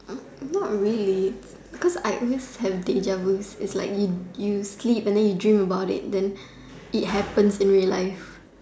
Er not really because I always have it's like you you sleep then you dream about it then it happens in real life